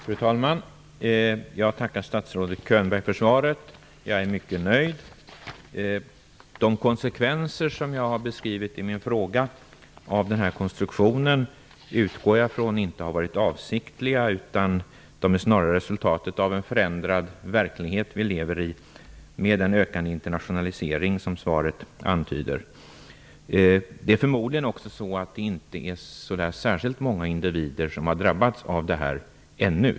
Fru talman! Jag tackar statsrådet Könberg för svaret. Jag är mycket nöjd. Jag utgår ifrån att de konsekvenser av den här konstruktionen som jag beskrivit i min fråga inte har varit avsiktliga. De är snarare resultatet av den förändrade verklighet vi lever i med en ökande internationalisering. Det antyder också svaret. Det är förmodligen inte heller särskilt många individer som har drabbats av detta ännu.